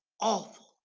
awful